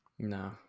No